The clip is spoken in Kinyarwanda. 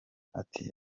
ati